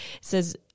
says